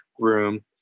room